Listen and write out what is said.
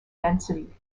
density